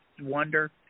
wonder